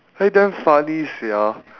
really damn funny sia